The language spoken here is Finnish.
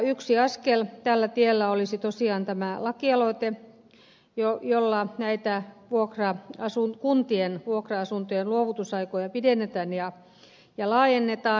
yksi askel tällä tiellä olisi tosiaan tämä lakialoite jolla näitä kuntien vuokra asuntojen luovutusaikoja pidennetään ja laajennetaan